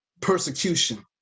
persecution